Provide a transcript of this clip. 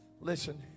Listen